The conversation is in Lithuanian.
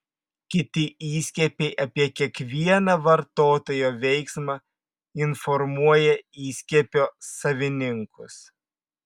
kiti įskiepiai apie kiekvieną vartotojo veiksmą informuoja įskiepio savininkus